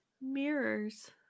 Mirrors